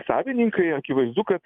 savininkai akivaizdu kad